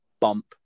bump